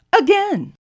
again